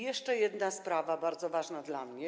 Jeszcze jedna sprawa bardzo ważna dla mnie.